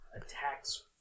attacks